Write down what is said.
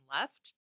left